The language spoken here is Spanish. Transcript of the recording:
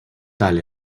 tal